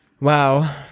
Wow